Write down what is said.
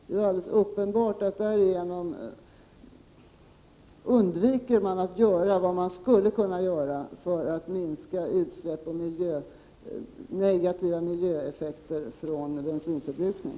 Det är ju alldeles uppenbart att man därigenom undviker att göra vad man skulle kunna göra för att minska utsläpp och negativa miljöeffekter från bensinförbrukning.